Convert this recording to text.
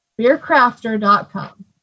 beercrafter.com